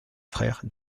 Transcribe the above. frère